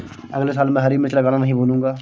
अगले साल मैं हरी मिर्च लगाना नही भूलूंगा